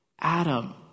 Adam